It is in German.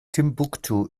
timbuktu